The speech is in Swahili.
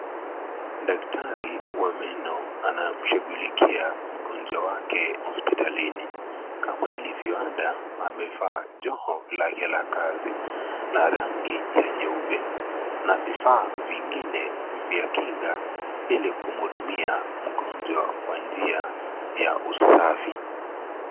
Daktari wa meno anamshughulikia mgonjwa wake hospitalini. Kama hili ilivyo ada amevaa joho lake la kazi, la rangi ya nyeupe. Na vifaa vingine vya kinga, ili kumhudumia mgonwa kwa njia ya usafi.